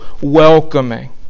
welcoming